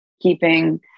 keeping